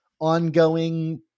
ongoing